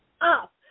up